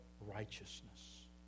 righteousness